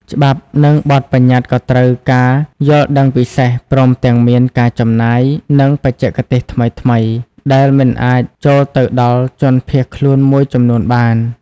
ច្បាប់និងបទប្បញ្ញត្តិក៏ត្រូវការយល់ដឹងពិសេស ព្រមទាំងមានការចំណាយ និងបច្ចេកទេសថ្មីៗដែលមិនអាចចូលទៅដល់ជនភៀសខ្លួនមួយចំនួនបាន។